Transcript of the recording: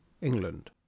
England